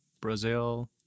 brazil